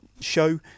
show